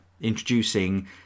introducing